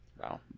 wow